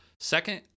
Second